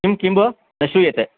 किं किं भोः न श्रूयते